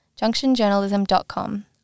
junctionjournalism.com